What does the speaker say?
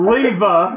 Leva